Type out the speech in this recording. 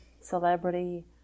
celebrity